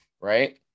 right